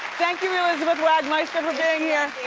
thank you elizabeth wagmeister for being here.